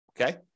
Okay